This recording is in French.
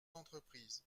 entreprises